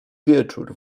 wieczór